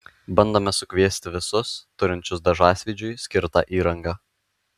bandome sukviesti visus turinčius dažasvydžiui skirtą įrangą